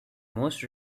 most